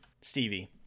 Stevie